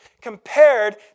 compared